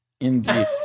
indeed